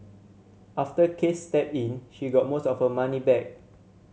after case stepped in she got most of her money back